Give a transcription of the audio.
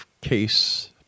case